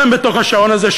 גם בתוך השעון הזה,